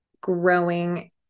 growing